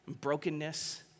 brokenness